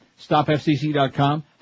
StopFCC.com